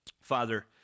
Father